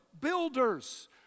builders